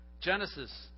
Genesis